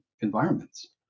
environments